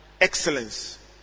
excellence